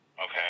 Okay